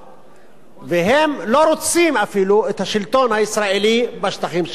והם לא רוצים אפילו את השלטון הישראלי בשטחים שלהם.